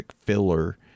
filler